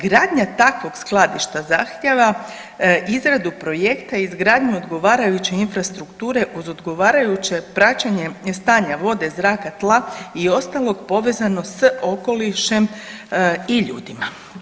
Gradnja takvog skladišta zahtjeva izradu projekta i izgradnju odgovarajuće infrastrukture uz odgovarajuće praćenje stanja vode, zraka, tla i ostalog povezano s okolišem i ljudima.